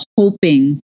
hoping